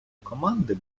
команди